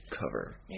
cover